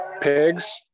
pigs